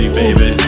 baby